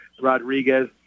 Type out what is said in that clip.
Rodriguez